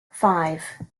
five